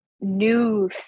new